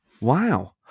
Wow